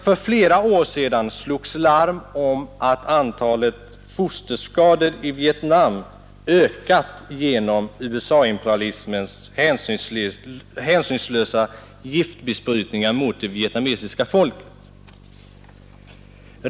För flera år sedan slogs larm om att antalet fosterskador i Vietnamn ökade genom USA-imperialismens hänsynslösa giftbesprutningar mot det vietnamesiska folket.